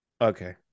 okay